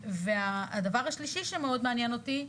הדבר השלישי שמאוד מעניין אותי,